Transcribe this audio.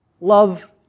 love